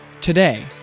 Today